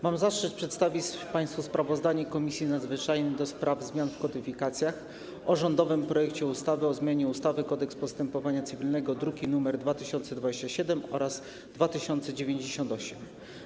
Mam zaszczyt przedstawić państwu sprawozdanie Komisji Nadzwyczajnej do spraw zmian w kodyfikacjach o rządowym projekcie ustawy o zmianie ustawy - Kodeks postępowania cywilnego, druki nr 2027 oraz 2098.